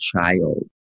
child